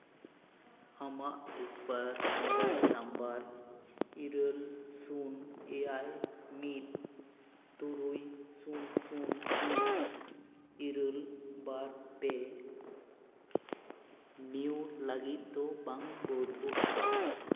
ᱟᱢᱟᱜ expire mobile number ᱤᱨᱟᱹᱞ ᱥᱩᱱ ᱮᱭᱟᱭ ᱢᱤᱫ ᱛᱩᱨᱩᱭ ᱥᱩᱱ ᱥᱩᱱ ᱢᱤᱫ ᱤᱨᱟᱹᱞ ᱵᱟᱨ ᱯᱮ ᱢᱤᱭᱩᱴ ᱞᱟᱹᱜᱤᱫ ᱫᱚ ᱵᱟᱝ ᱵᱳᱭᱫᱷᱚᱜᱼᱟ